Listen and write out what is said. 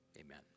amen